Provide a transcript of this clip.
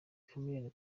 chameleone